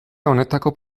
honetako